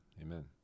Amen